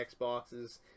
Xboxes